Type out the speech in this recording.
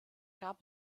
gab